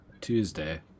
Tuesday